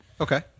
Okay